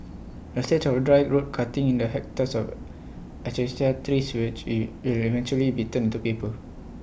A stretch of dry road cutting in the hectares of Acacia trees which will will eventually be turned to paper